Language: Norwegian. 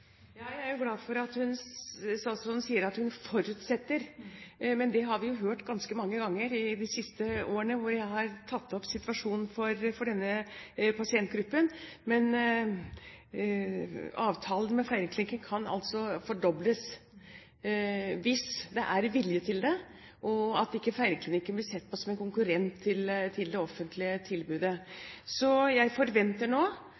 har vi jo hørt ganske mange ganger i de siste årene når jeg har tatt opp situasjonen for denne pasientgruppen. Men avtalen med Feiringklinikken kan altså fordobles hvis det er vilje til det, slik at Feiringklinikken ikke blir sett på som en konkurrent til det offentlige tilbudet. Jeg forventer nå